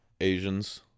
Asians